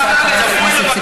ציפי, את מאמינה במה שאת אומרת?